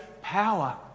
power